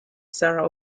sarah